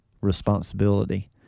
responsibility